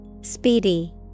Speedy